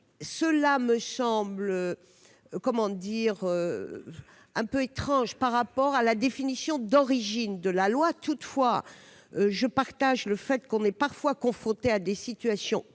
me semble un peu étrange par rapport à la définition d'origine de la loi. Toutefois, je conviens qu'on est parfois confronté à de telles situations,